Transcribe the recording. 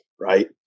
right